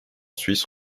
suisse